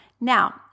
Now